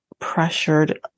pressured